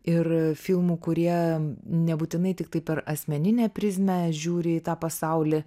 ir filmų kurie nebūtinai tiktai per asmeninę prizmę žiūri į tą pasaulį